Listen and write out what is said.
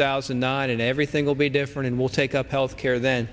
thousand and nine and everything will be different and we'll take up health care then